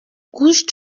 گوشت